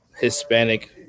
Hispanic